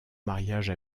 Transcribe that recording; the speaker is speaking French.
mariage